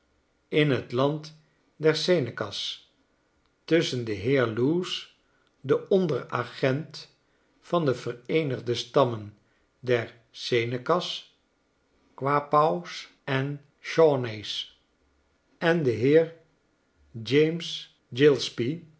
in t land der senecas tusschen den heer loose den onderagent van de vereenigde stammen der senecas quapaws en shawnees en den heer james